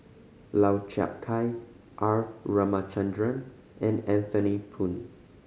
Lau Chiap Khai R Ramachandran and Anthony Poon